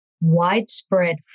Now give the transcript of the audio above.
widespread